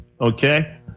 okay